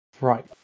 Right